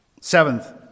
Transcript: Seventh